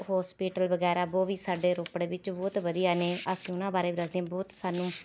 hospital ਵਗੈਰਾ ਵੋ ਵੀ ਸਾਡੇ ਰੋਪੜ ਵਿੱਚ ਬਹੁਤ ਵਧੀਆ ਨੇ ਅਸੀਂ ਉਹਨਾਂ ਬਾਰੇ ਵੀ ਦੱਸਦੇ ਬਹੁਤ ਸਾਨੂੰ